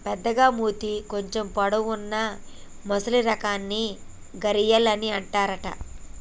పెద్దగ మూతి కొంచెం పొడవు వున్నా మొసలి రకాన్ని గరియాల్ అని అంటారట